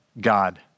God